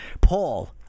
Paul